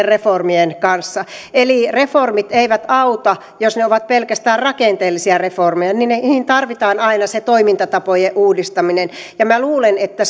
reformien kanssa eli reformit eivät auta jos ne ovat pelkästään rakenteellisia reformeja niihin niihin tarvitaan aina se toimintatapojen uudistaminen ja minä luulen että